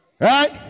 Right